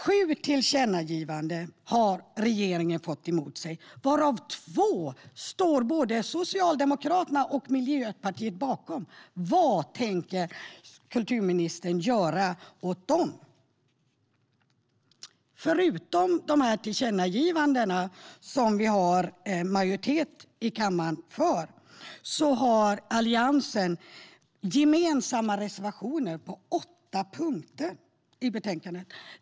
Regeringen har fått sju tillkännagivanden emot sig, varav både Socialdemokraterna och Miljöpartiet står bakom två. Vad tänker kulturministern göra med anledning av dem? Förutom de tillkännagivanden som det finns majoritet i kammaren för har Alliansen gemensamma reservationer på åtta punkter i betänkandet.